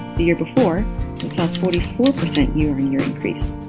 the year before, it saw forty four percent year-on-year increase.